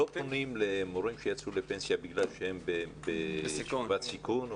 לא פונים למורים שיצאו לפנסיה בגלל שהם בקבוצת סיכון?